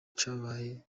cabaye